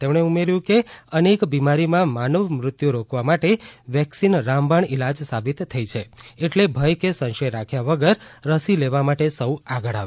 તેમણે ઉમેર્યું છે કે અનેક બિમારીમાં માનવ મૃત્યુ રોકવા માટે વેક્સિન રામબાણ ઈલાજ સાબિત થઈ છે એ ટલે ભય કે સંશય રાખ્યા વગર રસી લેવા માટે સૌ આગળ આવે